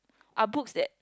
are books that